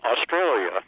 Australia